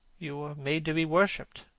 you are made to be worshipped.